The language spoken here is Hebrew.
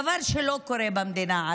דבר שעדיין לא קורה במדינה,